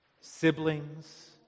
siblings